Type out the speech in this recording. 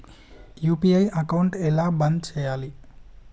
UPI account ఎలా బంద్ చేయాలి?